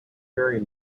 very